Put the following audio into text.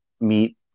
meet